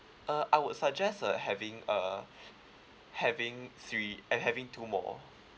uh I would suggest uh having uh having three uh having two more